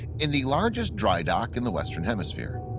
in the largest dry-dock in the western hemisphere.